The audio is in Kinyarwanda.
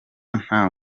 nta